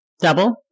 Double